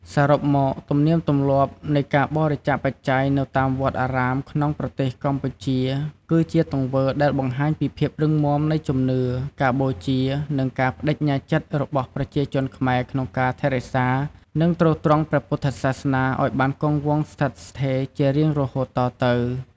សរុបមក ទំនៀមទម្លាប់នៃការបរិច្ចាគបច្ច័យនៅតាមវត្តអារាមក្នុងប្រទេសកម្ពុជា គឺជាទង្វើដែលបង្ហាញពីភាពរឹងមាំនៃជំនឿ ការបូជា និងការប្តេជ្ញាចិត្តរបស់ប្រជាជនខ្មែរក្នុងការថែរក្សា និងទ្រទ្រង់ព្រះពុទ្ធសាសនាឱ្យបានគង់វង្សស្ថិតស្ថេរជារៀងរហូតតទៅ។